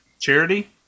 Charity